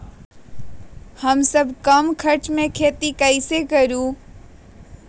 हमनी कम खर्च मे खेती कई से करी?